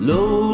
Low